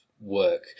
work